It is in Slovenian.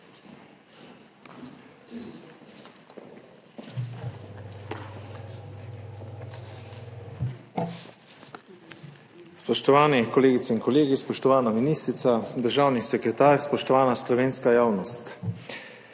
Spoštovane kolegice in kolegi, spoštovana ministrica, državni sekretar, spoštovana slovenska javnost.